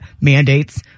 Mandates